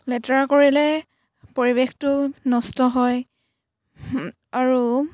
লেতেৰা কৰিলে পৰিৱেশটো নষ্ট হয় আৰু